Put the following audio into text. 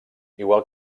igual